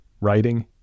Writing